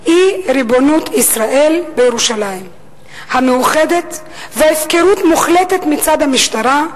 אי-ריבונות של ישראל בירושלים המאוחדת והפקרות מוחלטת מצד המשטרה,